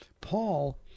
Paul